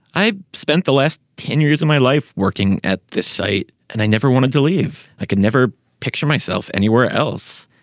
i spent the last ten years of my life working at this site and i never wanted to leave. i can never picture myself anywhere else.